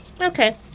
Okay